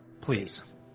Please